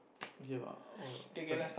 give ah all